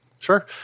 Sure